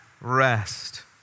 rest